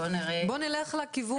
בואי נלך לכיוון.